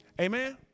Amen